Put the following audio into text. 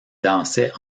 dansait